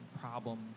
problems